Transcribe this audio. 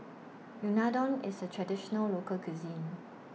Unadon IS A Traditional Local Cuisine